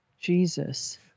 Jesus